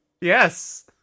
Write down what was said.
Yes